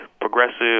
progressive